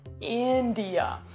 India